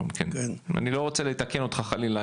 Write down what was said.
אני לא רוצה לתקן אותך חלילה,